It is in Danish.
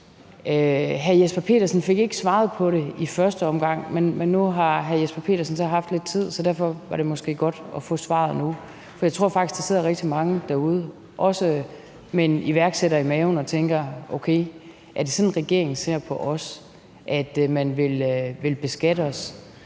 Hr. Jesper Petersen fik ikke svaret på det i første omgang, men nu har hr. Jesper Petersen så haft lidt tid til at overveje det, så derfor var det måske godt at få svaret nu. For jeg tror faktisk, der sidder rigtig mange derude – også dem med en iværksætter i maven – og tænker: Okay, er det sådan, regeringen ser på os, altså at man vil beskatte os